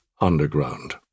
underground